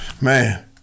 man